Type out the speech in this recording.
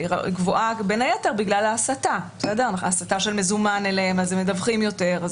בין היתר בגלל ההסטה של מזומן אליהם אז הם מדווחים יותר,